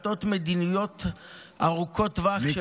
מכביד על החלטות מדיניות ארוכות טווח של ראש,